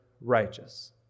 righteous